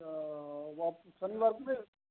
ओ अब शनिवार को आप नहीं